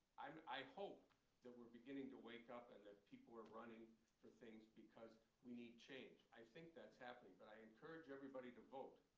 um i hope that we're beginning to wake up and that people are running for things. because we need change. i think that's happening. but i encourage everybody to vote.